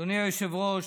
אדוני היושב-ראש,